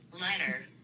Letter